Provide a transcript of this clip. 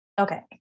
Okay